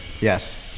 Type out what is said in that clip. Yes